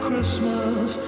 Christmas